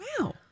wow